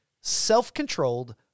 self-controlled